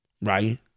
Right